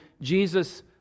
Jesus